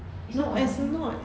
is not